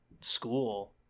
school